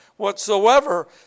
Whatsoever